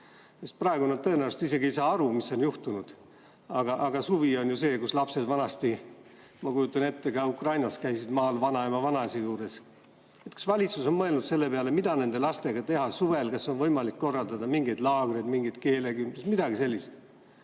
praegu nad tõenäoliselt isegi ei saa aru, mis on juhtunud. Aga suvi on ju see, kui lapsed vanasti, ma kujutan ette, ka Ukrainas käisid maal vanaema‑vanaisa juures. Kas valitsus on mõelnud selle peale, mida nende lastega teha suvel? Kas on võimalik korraldada mingeid laagreid, mingit keelekümblust